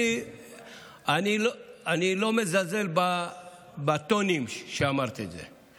ואני לא מזלזל בטונים שבהם שאמרת את זה.